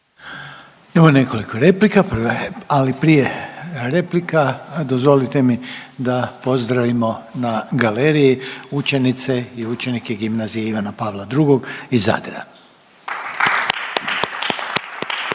Imamo nekoliko replika. Ali prije replika dozvolite mi da pozdravimo na galeriji učenice i učenike Gimnazije Ivana Pavla II iz Zadra.